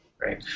Great